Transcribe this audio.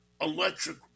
electric